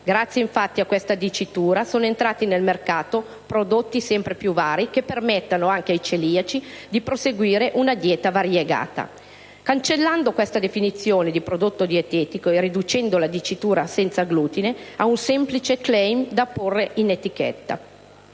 Grazie, infatti, a questa dicitura sono entrati nel mercato prodotti sempre più vari che permettono anche ai celiaci di perseguire una dieta variegata. Cancellando la definizione di "prodotto dietetico", si ridurrebbe la dicitura "senza glutine" ad un semplice *claim* da apporre in etichetta.